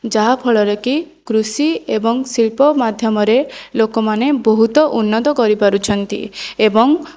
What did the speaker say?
ଯାହା ଫଳରେ କି କୃଷି ଏବଂ ଶିଳ୍ପ ମାଧ୍ୟମରେ ଲୋକମାନେ ବହୁତ ଉନ୍ନତ କରିପାରୁଛନ୍ତି ଏବଂ